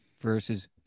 versus